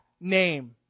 name